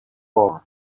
are